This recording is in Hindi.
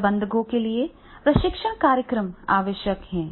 प्रबंधकों के लिए प्रशिक्षण कार्यक्रम आवश्यक हैं